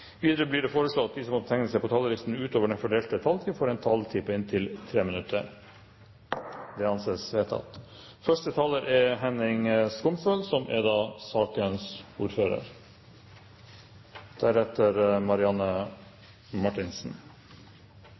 Videre blir det foreslått at de som måtte tegne seg på talerlisten utover den fordelte taletid, får en taletid på inntil 3 minutter. – Det anses vedtatt. Det er viktige spørsmål som blir tekne opp i det forslaget vi har til behandling her i dag. Oppdrettsnæringa er